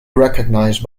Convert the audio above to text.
recognized